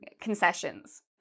concessions